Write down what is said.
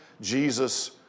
Jesus